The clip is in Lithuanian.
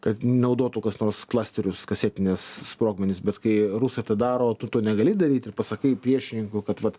kad naudotų kas nors klasterius kasetinius sprogmenis bet kai rusai tą daro tu to negali daryt ir pasakai priešininkui kad vat